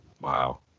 Wow